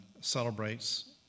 celebrates